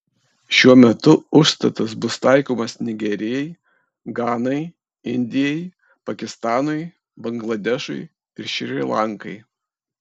šiuo metu užstatas bus taikomas nigerijai ganai indijai pakistanui bangladešui ir šri lankai